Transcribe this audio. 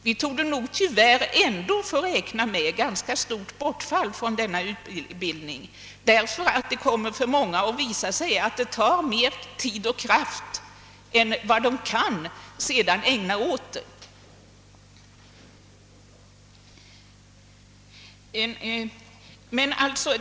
Vi torde tyvärr ändå få räkna med ett ganska stort bortfall från denna utbildning, därför att det för många kommer att visa sig att den tar mer tid och kraft än de kan ägna åt den.